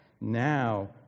Now